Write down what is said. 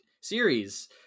series